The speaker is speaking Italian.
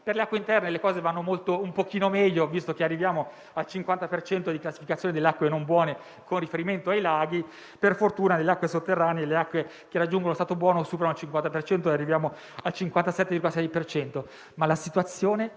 le acque interne, le cose vanno un pochino meglio, visto che arriviamo a 50 per cento di classificazione delle acque non buone con riferimento ai laghi. Per fortuna, le acque sotterranee che raggiungono lo stato buono superano il 50 per cento, arrivando al 57,6